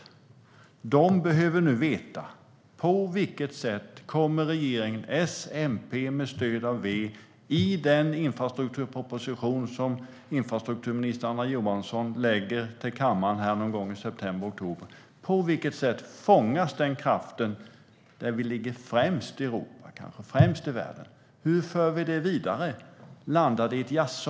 Trafikverket behöver nu veta på vilket sätt regeringen S-MP med stöd av V i den infrastrukturproposition som infrastrukturminister Anna Johansson lägger fram till kammaren någon gång i september-oktober fångar kraften där Sverige ligger främst i Europa och kanske främst i världen. Hur för vi det vidare? Landar det i ett jaså?